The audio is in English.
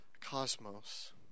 cosmos